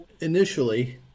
Initially